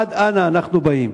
עד אנה אנחנו באים.